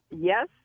Yes